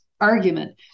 argument